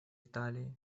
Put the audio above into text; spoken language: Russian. италии